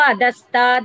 Adasta